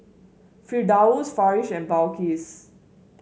Firdaus Farish and Balqis